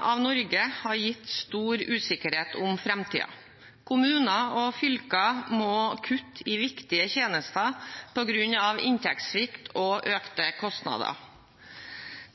av Norge har gitt stor usikkerhet om framtiden. Kommuner og fylker må kutte i viktige tjenester på grunn av inntektssvikt og økte kostnader.